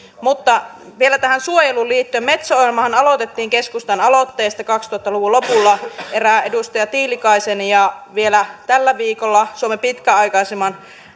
mutta vielä tähän suojeluun liittyen metso ohjelmahan aloitettiin keskustan aloitteesta kaksituhatta luvun lopulla erään edustaja tiilikaisen ja vielä tällä viikolla suomen pitkäaikaisimman